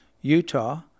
Utah